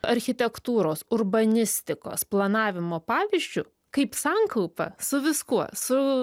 architektūros urbanistikos planavimo pavyzdžiu kaip sankaupa su viskuo su